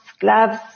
gloves